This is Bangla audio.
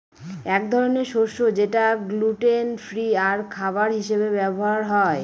এক ধরনের শস্য যেটা গ্লুটেন ফ্রি আর খাবার হিসাবে ব্যবহার হয়